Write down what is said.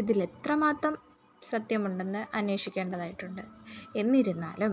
ഇതിലെത്രമാത്രം സത്യമുണ്ടെന്ന് അന്വേഷിക്കേണ്ടതായിട്ടുണ്ട് എന്നിരുന്നാലും